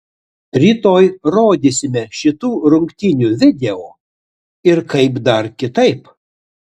rytoj rodysime šitų rungtynių video ir kaip dar kitaip